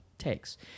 takes